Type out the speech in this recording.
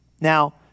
Now